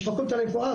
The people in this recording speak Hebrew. יש פקולטה רפואה,